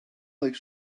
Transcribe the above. like